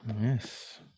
Yes